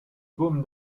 baume